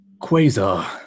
Quasar